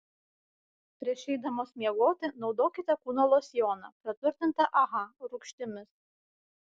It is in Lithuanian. prieš eidamos miegoti naudokite kūno losjoną praturtintą aha rūgštimis